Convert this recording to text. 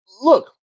Look